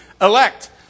Elect